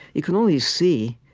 you can only see,